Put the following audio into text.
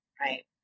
right